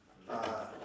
ah